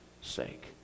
sake